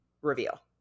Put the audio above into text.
reveal